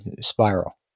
spiral